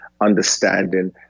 understanding